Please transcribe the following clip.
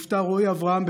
נפטר רועי אברהם,